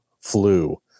flu